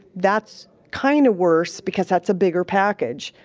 that's kind of worse because that's a bigger package,